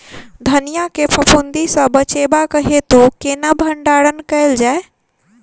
धनिया केँ फफूंदी सऽ बचेबाक हेतु केना भण्डारण कैल जाए?